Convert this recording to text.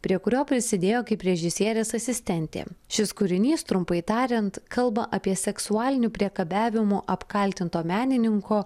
prie kurio prisidėjo kaip režisierės asistentė šis kūrinys trumpai tariant kalba apie seksualiniu priekabiavimu apkaltinto menininko